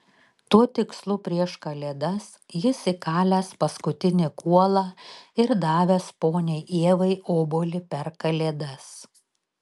tuo tikslu prieš kalėdas jis įkalęs paskutinį kuolą ir davęs poniai ievai obuolį per kalėdas